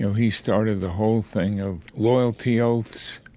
he started the whole thing of loyalty oaths,